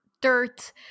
dirt